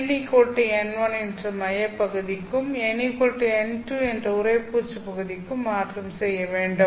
nn1 என்று மைய பகுதிக்கும் nn2 என்று உறைப்பூச்சு பகுதிக்கும் மாற்றம் செய்ய வேண்டும்